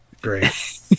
great